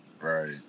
Right